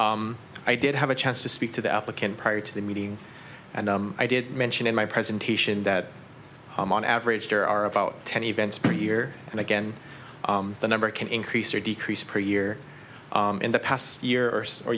chair i did have a chance to speak to the applicant prior to the meeting and i did mention in my presentation that on average there are about ten events per year and again the number can increase or decrease per year in the past year or